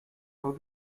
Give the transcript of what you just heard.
how